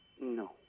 No